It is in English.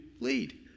lead